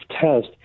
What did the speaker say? test